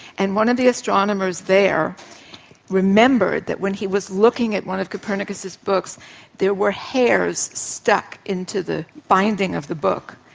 and one of the astronomers there remembered that when he was looking at one of copernicus's books there were hairs stuck into the binding of the book.